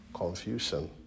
confusion